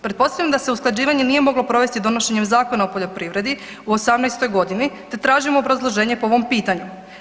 Pretpostavljam da se usklađivanje nije moglo provesti donošenjem Zakona o poljoprivredi, u 18. godini, te tražimo obrazloženje po ovom pitanju.